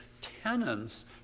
tenants